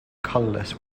colourless